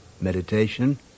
meditation